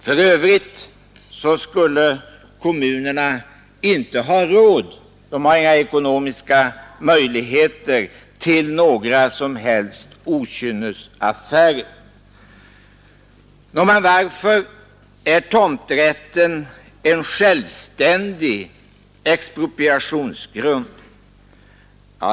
För övrigt skulle kommunerna inte ha råd — de har inga ekonomiska möjligheter — till några som helst okynnesaffärer. Nå, men varför är tomträtten en självständig expropriationsgrund?